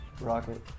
Rocket